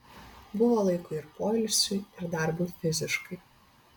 buvo laiko ir poilsiui ir darbui fiziškai